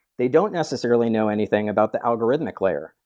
they don't necessarily know anything about the algorithmic layer.